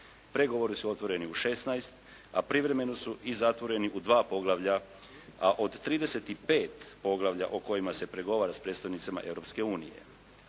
Pregovori su otvoreni u 16, a privremeno su i zatvoreni u 2 poglavlja, a od 35 poglavlja o kojima se pregovara s predstavnicima